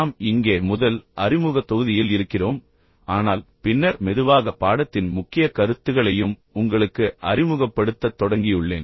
நாம் இங்கே முதல் அறிமுக தொகுதியில் இருக்கிறோம் ஆனால் பின்னர் மெதுவாக பாடத்தின் முக்கிய கருத்துகளையும் உங்களுக்கு அறிமுகப்படுத்தத் தொடங்கியுள்ளேன்